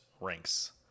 ranks